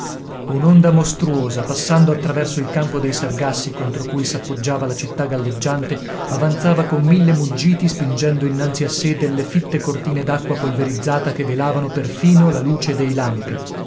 un'onda mostruosa passando attraverso il campo dei sargassi contro cui s'appoggiava la città galleggiante avanzava con mille muggiti spingendo innanzi a sé delle fitte cortine d'acqua polverizzata che velavano perfino la luce dei lampi